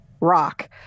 rock